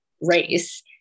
race